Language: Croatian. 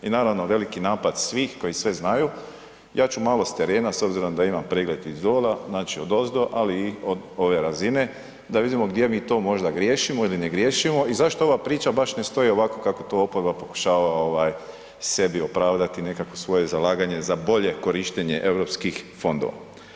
I naravno, veliki napad svih koji sve znaju, ja ću malo s terena s obzirom da imam pregled iz dola, znači odozdo ali i od ove razine da vidimo gdje mi to možda griješimo ili ne griješimo i zašto ova priča baš ne stoji ovako kako to oproba pokušava sebi opravdat nekako svoje zalaganje za bolje korištenje europskih fondova.